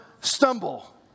stumble